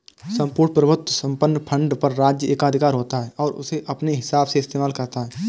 सम्पूर्ण प्रभुत्व संपन्न फंड पर राज्य एकाधिकार होता है और उसे अपने हिसाब से इस्तेमाल करता है